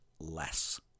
less